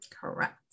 Correct